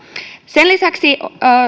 sen lisäksi